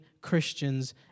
Christians